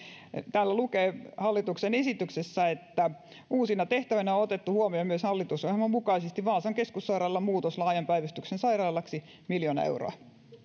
täällä lukee hallituksen esityksessä että on uusina tehtävinä otettu huomioon myös hallitusohjelman mukaisesti vaasan keskussairaalan muutos laajan päivystyksen sairaalaksi miljoona euroa